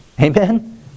Amen